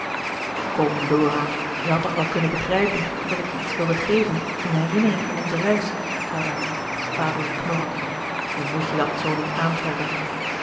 kom dora je hadt toch wel kunnen begrijpen dat ik je iets wilde geven in herinnering aan onze reis zeide hij vaderlijk knorrend je moet je dat zoo niet aantrekken